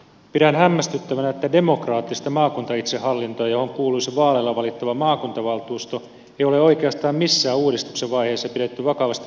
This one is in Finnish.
pidän hämmästyttävänä että demokraattista maakuntaitsehallintoa johon kuuluisi vaaleilla valittava maakuntavaltuusto ei ole oikeastaan missään uudistuksen vaiheessa pidetty vakavasti otettavana vaihtoehtona